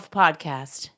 podcast